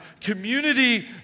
community